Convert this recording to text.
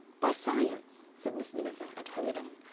by science, said miss miniver, and hurried on,